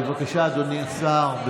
בבקשה, אדוני השר.